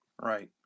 Right